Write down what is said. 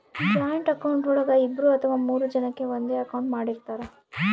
joint account ಒಳಗ ಇಬ್ರು ಅಥವಾ ಮೂರು ಜನಕೆ ಒಂದೇ ಅಕೌಂಟ್ ಮಾಡಿರ್ತರಾ